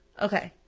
okay,